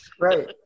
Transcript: Right